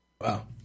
Wow